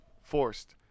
forced